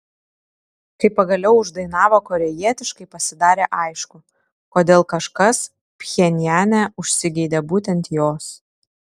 kai pagaliau uždainavo korėjietiškai pasidarė aišku kodėl kažkas pchenjane užsigeidė būtent jos